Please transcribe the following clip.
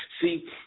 See